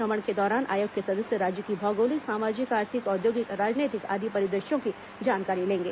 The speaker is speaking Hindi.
भ्रमण के दौरान आयोग के सदस्य राज्य की भौगोलिक सामाजिक आर्थिक औद्योगिक राजनैतिक आदि परिदृश्यों की जानकारी लेंगे